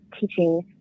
teaching